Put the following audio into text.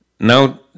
Now